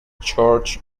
church